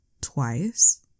twice